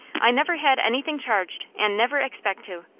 i never had anything charged, and never expect to.